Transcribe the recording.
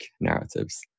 narratives